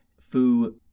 Fu